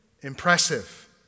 Impressive